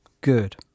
good